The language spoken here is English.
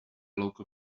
local